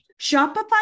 Shopify